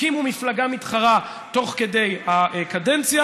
הקימו מפלגה מתחרה תוך כדי הקדנציה